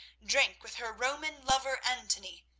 drank with her roman lover antony,